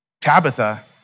Tabitha